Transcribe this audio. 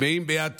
טמאים ביד טהורים,